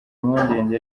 impungenge